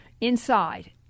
inside